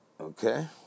Okay